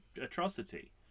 atrocity